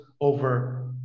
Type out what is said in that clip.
over